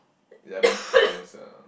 eleven pounds ah